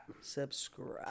Subscribe